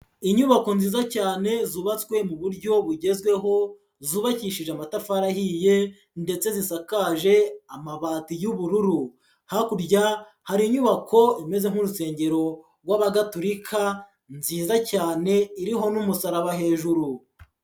Inyubako nziza cyane zubatswe mu buryo bugezweho zubakishije amatafari ahiye ndetse zisakaje amabati y'ubururu, hakurya hari inyubako imeze nk'urusengero rw'Abagatulirika nziza cyane iriho n'umusaraba hejuru.